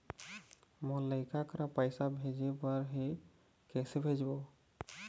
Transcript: मोर लइका करा पैसा भेजें बर हे, कइसे भेजबो?